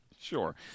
sure